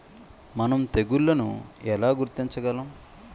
మనం తెగుళ్లను ఎలా గుర్తించగలం?